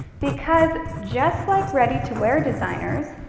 because just like ready to wear designers,